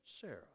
Sarah